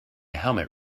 helmet